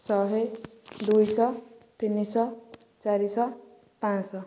ଶହେ ଦୁଇଶହ ତିନିଶହ ଚାରିଶହ ପାଞ୍ଚଶହ